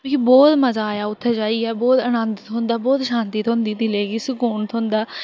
मिगी बहुत मजा आया उत्थै जाइयै बहुत मजा आया बहुत आनंद थ्होंदा बहुत शांती थ्होंदी दिलै गी सकून थ्होंदा